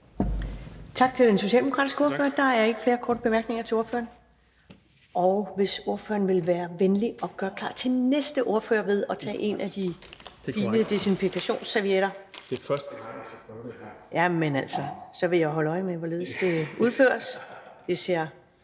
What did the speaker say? Tak til den socialdemokratiske ordfører. Der er ikke flere korte bemærkninger til ordføreren. Og hvis ordføreren vil være venlig at gøre klar til næste ordfører ved at tage en af de fine desinfektionsservietter og bruge den, så vil jeg holder øje med, hvordan og hvorledes